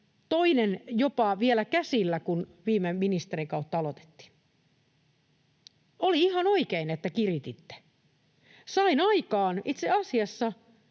toinen jopa vielä käsillä, kun viime ministerikautta aloitettiin. Oli ihan oikein, että kirititte. Sain aikaan itse asiassa